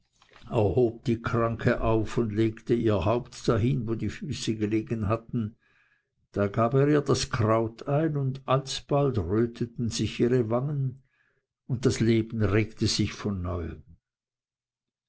die kranke auf und legte ihr haupt dahin wo die füße gelegen hatten dann gab er ihr das kraut ein und alsbald röteten sich ihre wangen und das leben regte sich von neuem